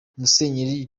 musenyeri